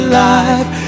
life